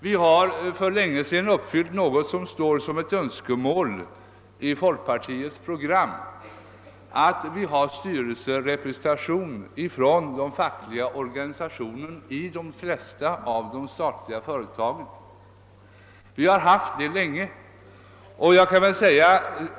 Vi har där för länge sedan uppfyllt någonting somå står som ett önskemål i folkpartiets prögram; vi har styrelserepresentation för de fackliga organisationerna i de flesta statliga företagen, och det har vi haft länge.